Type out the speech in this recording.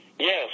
Yes